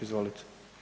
Izvolite.